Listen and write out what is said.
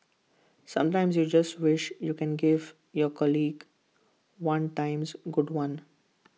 sometimes you just wish you can give your colleague one times good one